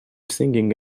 singing